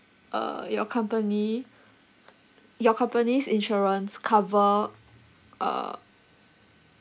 uh your company your company's insurance cover uh